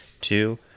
two